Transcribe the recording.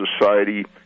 society